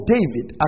David